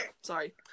Sorry